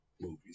movies